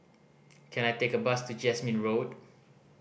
can I take a bus to Jasmine Road